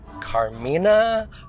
Carmina